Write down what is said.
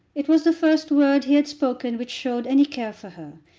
it was the first word he had spoken which showed any care for her,